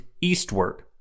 eastward